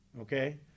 okay